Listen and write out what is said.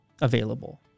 available